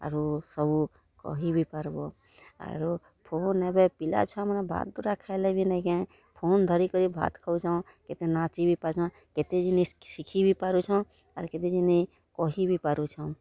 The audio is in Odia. ଆରୁ ସବୁ କହି ବି ପାର୍ବ ଆରୁ ଫୋନ୍ ଏବେ ପିଲାଛୁଆମାନେ ଭାତ୍ ଦୁରା ଖାଏଲେ ବି ନେଇକେଁ ଫୋନ୍ ଧରି କରି ଭାତ୍ ଖାଉଚନ୍ କେତେ ନାଚି ବି ପାରୁଚନ୍ କେତେ ଜିନିଷ୍ ଶିଖି ବି ପାରୁଚନ୍ ଆର୍ କେତି ଜିନିଷ୍ କହି ବି ପାରୁଛନ୍